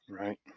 Right